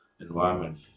environment